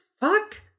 fuck